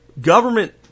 government